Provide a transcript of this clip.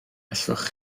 allwch